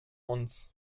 uns